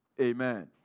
Amen